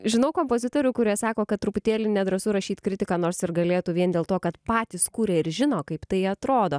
žinau kompozitorių kurie sako kad truputėlį nedrąsu rašyt kritiką nors ir galėtų vien dėl to kad patys kuria ir žino kaip tai atrodo